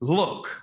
look